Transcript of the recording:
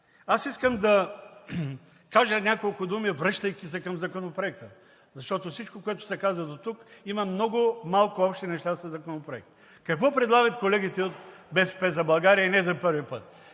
Аз искам да кажа няколко думи, връщайки се към Законопроекта, защото всичко, което се каза дотук, има много малко общи неща със Законопроекта. Какво предлагат колегите от „БСП за България“, и не за първи път?